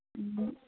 ᱦᱮᱸ